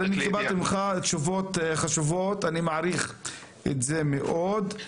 קיבלתי ממך תשובות חשובות ואני מעריך את זה מאוד.